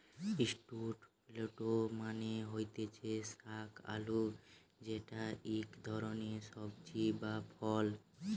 sweet potato মানে হতিছে শাক আলু যেটা ইক ধরণের সবজি বা ফল